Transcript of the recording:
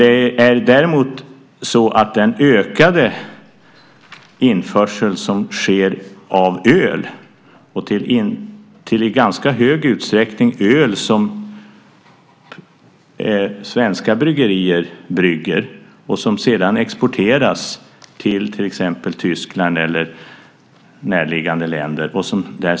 Det är däremot så att den ökade införsel som sker av öl i ganska stor utsträckning är öl som svenska bryggerier brygger och som sedan exporteras exempelvis till Tyskland eller närliggande länder.